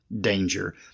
danger